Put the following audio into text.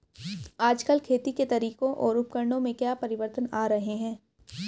आजकल खेती के तरीकों और उपकरणों में क्या परिवर्तन आ रहें हैं?